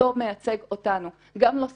לא מייצג אותנו גם לא סלעית,